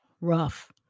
Rough